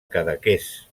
cadaqués